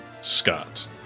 Scott